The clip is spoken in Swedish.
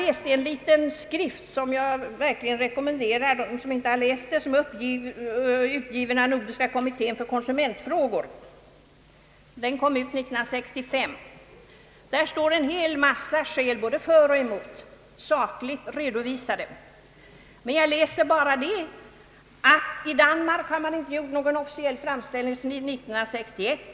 I en liten skrift som jag verkligen rekommenderar — den kom ut 1965 och är utgiven av Nordiska kommittén för konsumentfrågor — redovisas såkligt en mängd skäl både för och emot. I den skriften har jag läst att det i Danmark inte gjorts någon officiell framställning i ärendet sedan 1961.